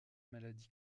maladies